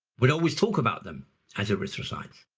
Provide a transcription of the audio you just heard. would always talk about them as erythrocytes.